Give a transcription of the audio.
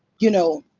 you know,